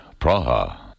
Praha